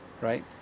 right